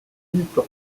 within